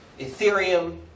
Ethereum